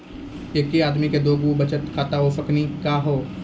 एके आदमी के दू गो बचत खाता हो सकनी का हो?